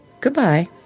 goodbye